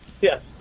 Yes